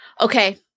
Okay